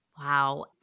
Wow